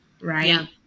right